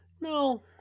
No